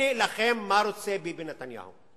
הנה לכם מה ביבי נתניהו רוצה.